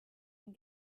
den